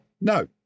No